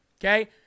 okay